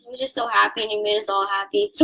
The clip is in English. just so happy, he made us all happy.